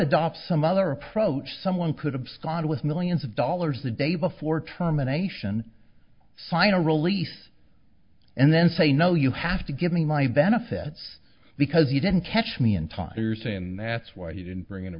adopt some other approach someone could have gone with millions of dollars the day before terminations final release and then say no you have to give me my benefits because you didn't catch me in time or saying that's why you didn't bring in a